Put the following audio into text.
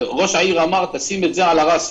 וראש העיר אמר: תשים את זה עלא ראסי.